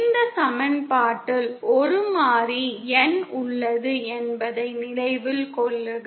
இந்த சமன்பாட்டில் ஒரு மாறி N உள்ளது என்பதை நினைவில் கொள்க